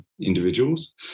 individuals